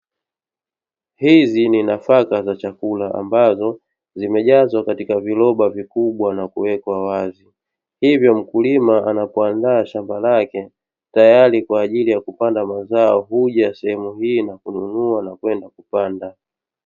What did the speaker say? Hizi ni nafaka za chakula ambazo zimejazwa katika viroba vikubwa na kuwekwa wazi hivyo mkulima anapoandaa shamba lake tayari kwaajili ya kupanda mazao huja sehemu hii kununua nakwenda kupanda